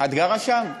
את גרה שם?